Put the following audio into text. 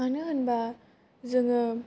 मानो होनबा जोङो